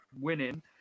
winning